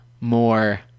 more